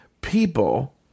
people